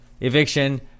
eviction